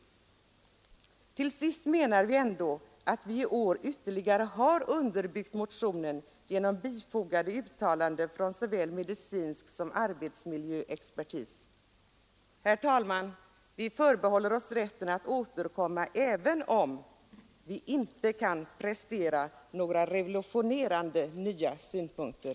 Till sist menar vi ändå att vi i år har ytterligare underbyggt motionen genom bifogade uttalanden från såväl medicinsom arbetsmiljöexpertis. Herr talman! Vi förbehåller oss rätten att återkomma, även om vi inte kan prestera några revolutionerande synpunkter.